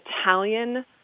Italian